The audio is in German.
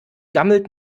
gammelt